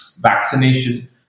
vaccination